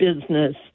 business